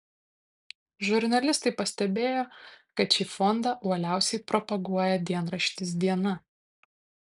žurnalistai pastebėjo kad šį fondą uoliausiai propaguoja dienraštis diena